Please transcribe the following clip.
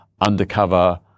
undercover